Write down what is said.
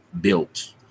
built